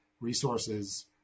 resources